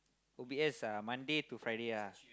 O_B_S ah Monday to Friday lah